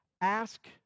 ask